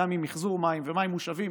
גם עם מחזור מים ומים מושבים